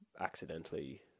accidentally